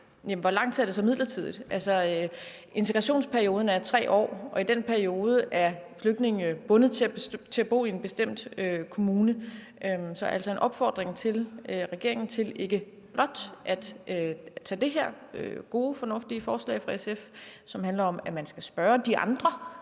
hvor lang tid er det så midlertidigt? Integrationsperioden er 3 år, og i den periode er flygtninge bundet til at bo i en bestemt kommune. Så altså en opfordring til regeringen om ikke blot at tage det her gode, fornuftige forslag fra SF til sig, som handler om, at man skal spørge de andre,